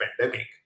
pandemic